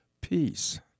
Peace